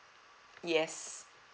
yes